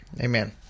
Amen